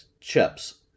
chips